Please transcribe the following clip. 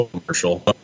commercial